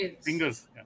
fingers